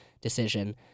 decision